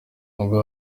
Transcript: uba